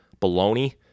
baloney